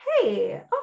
hey